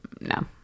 No